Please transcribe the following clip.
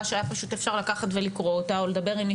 שהיה פשוט אפשר לקחת ולקרוא אותה או לדבר עם מי